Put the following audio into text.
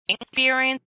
experience